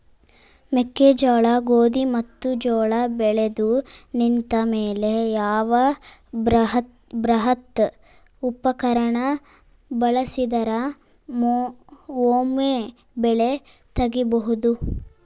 ಮೆಕ್ಕೆಜೋಳ, ಗೋಧಿ ಮತ್ತು ಜೋಳ ಬೆಳೆದು ನಿಂತ ಮೇಲೆ ಯಾವ ಬೃಹತ್ ಉಪಕರಣ ಬಳಸಿದರ ವೊಮೆ ಬೆಳಿ ತಗಿಬಹುದು?